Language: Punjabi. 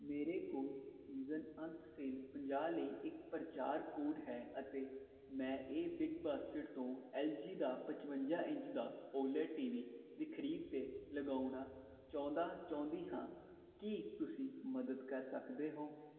ਮੇਰੇ ਕੋਲ ਸੀਜ਼ਨ ਅੰਤ ਸੇਲ ਪੰਜਾਹ ਲਈ ਇੱਕ ਪਰਚਾਰ ਕੋਡ ਹੈ ਅਤੇ ਮੈਂ ਇਹ ਬਿਗ ਬਾਸਕਟ ਤੋਂ ਐੱਲਜੀ ਦਾ ਪਚਵੰਜਾ ਇੰਚ ਦਾ ਓਲੇਡ ਟੀਵੀ ਦੀ ਖਰੀਦ 'ਤੇ ਲਗਾਉਣਾ ਚਾਹੁੰਦਾ ਚਾਹੁੰਦੀ ਹਾਂ ਕੀ ਤੁਸੀਂ ਮਦਦ ਕਰ ਸਕਦੇ ਹੋ